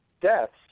deaths